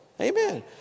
Amen